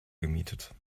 gemietet